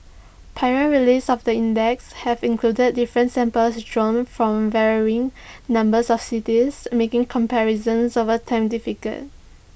prior releases of the index have included different samples drawn from varying numbers of cities making comparison over time difficult